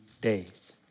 days